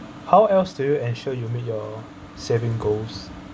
how else do you ensure you meet your saving goals